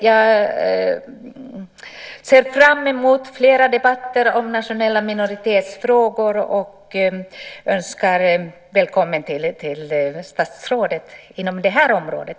Jag ser fram emot flera debatter om nationella minoritetsspråk, och jag önskar statsrådet välkommen också inom det här området.